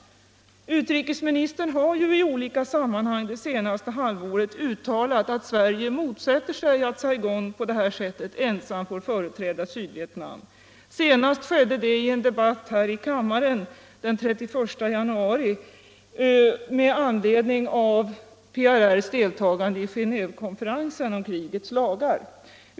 Utrikesministern har ju i olika sammanhang det senaste halvåret uttalat att Sverige motsätter sig att Saigon på detta sätt ensamt får företräda Sydvietnam. Senast skedde det i en debatt här i kammaren den 31 januari med anledning av PRR:s deltagande i Genévekonferensen om krigets lagar.